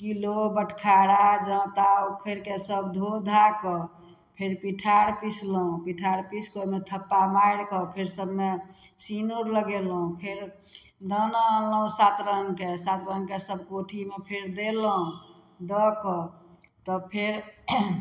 kilo बटखारा जाँता उखरिके सब धो धा कऽ फेर पीठार पीसलहुँ पीठार पीस कऽ ओहिमे थप्पा मारि कऽ फेर सबमे सिनुर लगेलहुँ फेर दाना अनलहुँ सात रङ्गके सातरङ्गके सब कोठीमे फेर देलहुँ दऽ कऽ तब फेर